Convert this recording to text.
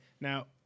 now